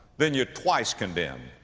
then you're twice condemned.